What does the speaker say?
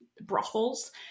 brothels